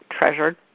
treasured